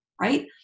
right